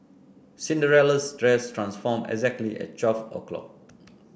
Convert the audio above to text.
Cinderella's dress transformed exactly at twelve o' clock